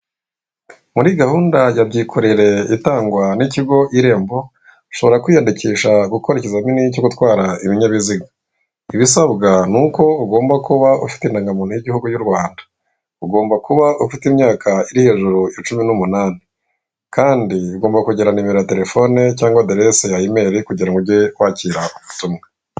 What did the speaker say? Muri gahunda ya byikorere itangwa n'ikigo irembo, ushobora kwiyandikisha gukora ikizamini cyo gutwara ibinyabiziga, ibisabwa nuko ugomba kuba ufite indangamuntu y'igihugu y'U rwanda, ugomba kuba ufite imyaka iri hejuru ya cumi n'umunani, kandi ugomba kugira nimero ya telefone cyangwa aderesi ya imeri kugirango uge wakira ubutumwa.